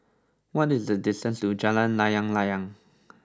what is the distance to Jalan Layang Layang